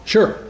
Sure